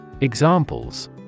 Examples